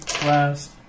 last